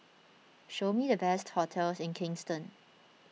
show me the best hotels in Kingstown